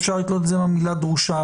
ואפשר לתלות את זה במילה דרושה,